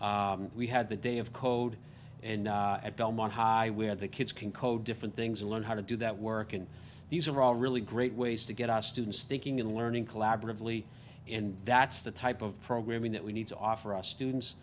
class we had the day of code and at belmont high where the kids can code different things and learn how to do that work and these are all really great ways to get our students thinking and learning collaboratively and that's the type of programming that we need to offer us students